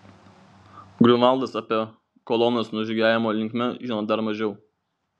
griunvaldas apie kolonos nužygiavimo linkmę žino dar mažiau